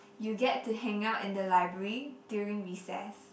you get to hang out in the library during recess